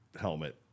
helmet